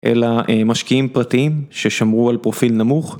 אלא, אה, משקיעים פרטיים, ששמרו על פרופיל נמוך.